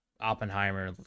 Oppenheimer